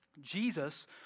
Jesus